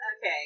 Okay